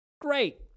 great